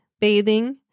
bathing